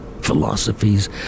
philosophies